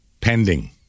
pending